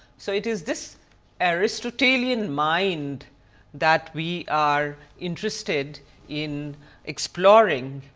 so it is this aristotelian mind that we are interested in exploring.